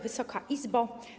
Wysoka Izbo!